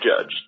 Judge